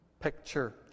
picture